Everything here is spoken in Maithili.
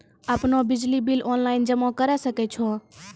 आपनौ बिजली बिल ऑनलाइन जमा करै सकै छौ?